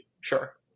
sure